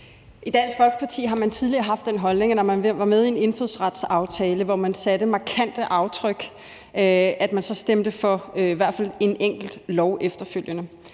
I Dansk Folkeparti har man tidligere haft den holdning, at man, når man var med i en indfødsretsaftale, hvor man satte markante aftryk, så i hvert fald stemte for et enkelt af lovforslagene